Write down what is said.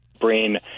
brain